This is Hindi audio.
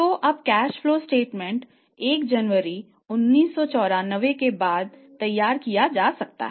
तो अब कैश फ्लो स्टेटमेंट 1 जनवरी 1994 के बाद तैयार किया जा सकता है